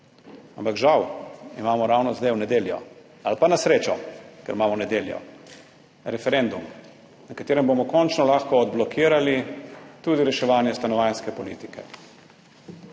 na srečo imamo ravno zdaj v nedeljo, ker imamo v nedeljo referendum, na katerem bomo končno lahko odblokirali tudi reševanje stanovanjske politike